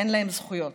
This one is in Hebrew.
אין להם זכויות.